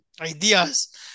ideas